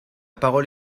parole